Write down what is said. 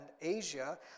Asia